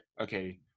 okay